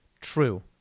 true